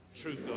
true